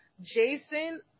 Jason